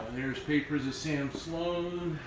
here's papers of sam sloan